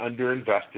underinvested